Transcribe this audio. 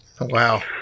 Wow